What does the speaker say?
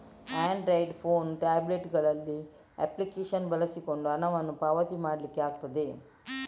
Android phone, tablet ಗಳಲ್ಲಿ application ಬಳಸಿಕೊಂಡು ಹಣವನ್ನ ಪಾವತಿ ಮಾಡ್ಲಿಕ್ಕೆ ಆಗ್ತದೆ